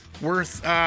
worth